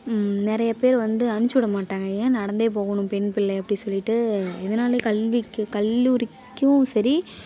நிறையப்பேர் வந்து அனுப்பிச்சுட மாட்டாங்க ஏன் நடந்தே போகணும் பெண்பிள்ளை அப்படி சொல்லிட்டு இதனாலே கல்விக்கு கல்லூரிக்கும் சரி